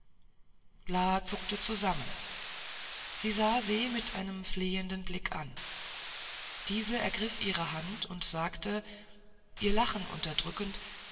zuckte zusammen sie sah se mit einem flehenden blick an diese ergriff ihre hand und sagte ihr lachen unterdrückend